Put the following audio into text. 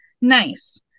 nice